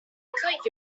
could